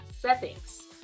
settings